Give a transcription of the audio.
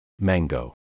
Mango